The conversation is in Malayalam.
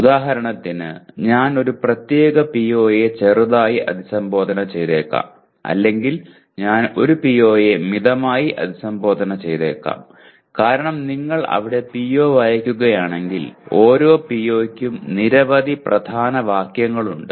ഉദാഹരണത്തിന് ഞാൻ ഒരു പ്രത്യേക PO യെ ചെറുതായി അഭിസംബോധന ചെയ്തേക്കാം അല്ലെങ്കിൽ ഞാൻ ഒരു PO യെ മിതമായി അഭിസംബോധന ചെയ്തേക്കാം കാരണം നിങ്ങൾ അവിടെ PO വായിക്കുകയാണെങ്കിൽ ഓരോ PO യ്ക്കും നിരവധി പ്രധാന വാക്യങ്ങളുണ്ട്